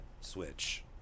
switch